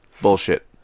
Bullshit